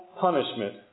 punishment